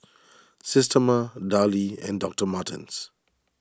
Systema Darlie and Doctor Martens